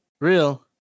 real